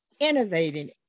innovating